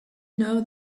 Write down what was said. know